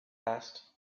asked